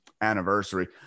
anniversary